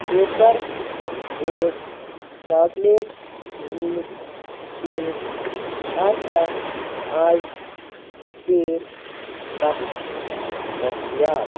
paper Boat chocolate milk shake آسیا اَز ژیٖرۍ پتہٕ دٔستِیاب